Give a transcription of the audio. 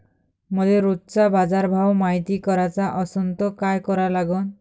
मले रोजचा बाजारभव मायती कराचा असन त काय करा लागन?